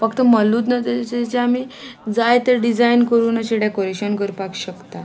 फक्त मल्लूच ना ताचे आमी जाय ते डिजायन करून अशें डॅकोरेशन करपाक शकता